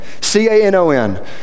C-A-N-O-N